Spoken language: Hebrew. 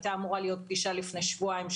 הייתה אמורה להיות פגישה לפני כשבועיים,